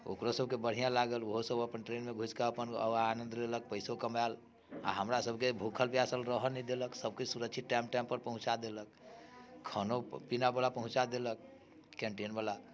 ओकरो सभके बढ़िआँ लागल ओहो सभ अपन ट्रेनमे घुसिके अपन आनंद लेलक पैसो कमाएल आ हमरा सभकेँ भूखल पिआसल रहऽ नहि देलक सभ किछु सुरक्षित टाइम टाइम पर पहुँचा देलक खानो पीना बला पहुँचा देलक कैंटीन बला